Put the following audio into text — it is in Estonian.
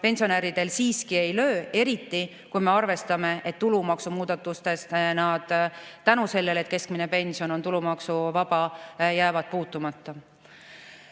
pensionäridel siiski ei löö, eriti kui me arvestame, et tulumaksumuudatustest nad, tänu sellele, et keskmine pension on tulumaksuvaba, jäävad puutumata.